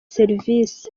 serivisi